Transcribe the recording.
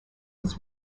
his